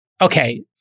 Okay